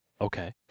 okay